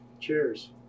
Cheers